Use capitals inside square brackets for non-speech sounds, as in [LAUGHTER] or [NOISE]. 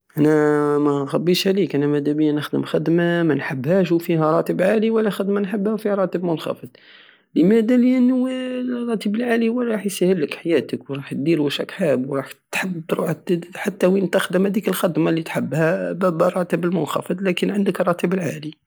انا منخبيش عليك انا مدابية نخدم خدمة منحبهاش وفيها راتب عالي ولا خدمة نحبها وفيها راتب منخفض لمادا لانو [HESITATION] الراتب العالي هو الي راح يسهلك حياتك ورح الدير واش راك حاب رح تحب تروح [HESITATION] حتى وين تخدم هديك الخدمة الي تحبها براتب منخفض لكن عندك الراتب العالي